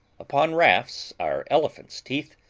upon rafts, our elephants' teeth,